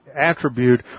attribute